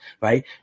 right